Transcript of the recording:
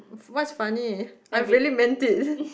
what's funny I really meant it